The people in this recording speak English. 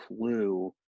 clue